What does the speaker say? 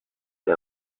les